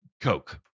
Coke